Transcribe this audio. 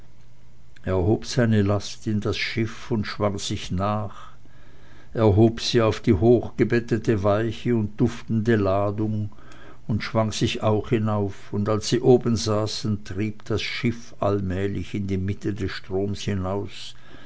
hob seine last in das schiff und schwang sich nach er hob sie auf die hochgebettete weiche und duftende ladung und schwang sich auch hinauf und als sie oben saßen trieb das schiff allmählich in die mitte des stromes hinaus